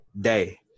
day